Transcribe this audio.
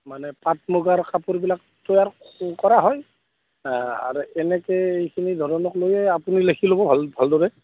মানে পাট মুগাৰ কাপোৰবিলাক তৈয়াৰ ক কৰা হয় আৰু এনেকৈয়ে এইখিনি ধৰণকলৈয়ে আপুনি লেখি ল'ব ভাল ভালদৰে